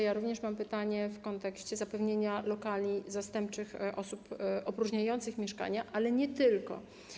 Ja również mam pytanie w kontekście zapewnienia lokali zastępczych osobom z opróżnianych mieszkań, ale nie tylko.